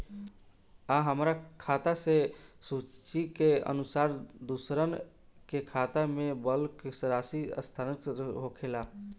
आ हमरा खाता से सूची के अनुसार दूसरन के खाता में बल्क राशि स्थानान्तर होखेला?